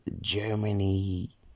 Germany